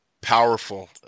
powerful